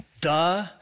Duh